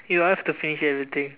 you have to finish everything